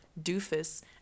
doofus